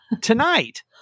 tonight